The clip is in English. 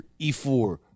E4